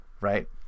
right